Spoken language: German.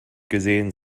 gesehen